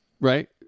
Right